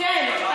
כן,